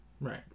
right